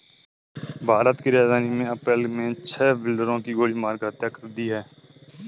भारत की राजधानी में अप्रैल मे छह बिल्डरों की गोली मारकर हत्या कर दी है